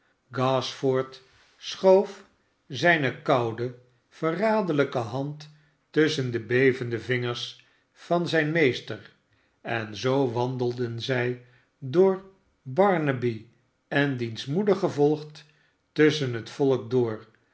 gashford schoof zijne koude verraderlijke hand tusschen de bevende vingers van zijn meester en zoo wandelden zij door bardaaby en diens moeder gevolgd tusschen het volk door